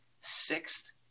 sixth